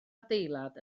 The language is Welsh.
adeilad